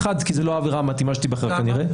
אחד, כי זו לא עבירה מתאימה שתיבחר כנראה.